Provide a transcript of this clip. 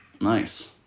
Nice